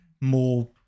more